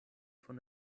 von